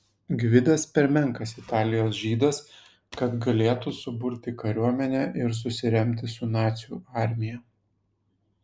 gvidas per menkas italijos žydas kad galėtų suburti kariuomenę ir susiremti su nacių armija